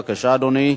בבקשה, אדוני.